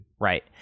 right